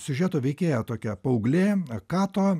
siužeto veikėja tokia paauglė kato